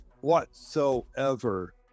whatsoever